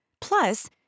Plus